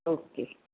okay